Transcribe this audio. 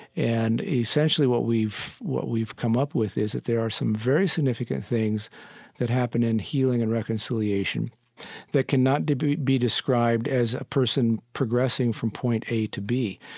and essentially what we've what we've come up with is that there are some very significant things that happen in healing and reconciliation that cannot be be described as a person progressing from point a to b,